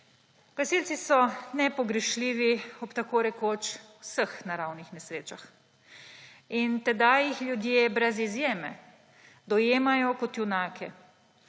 Gasilci so nepogrešljivi ob tako rekoč vseh naravnih nesrečah in tedaj jih ljudi brez izjeme dojemajo kot junake.